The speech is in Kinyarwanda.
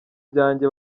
byanjye